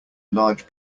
large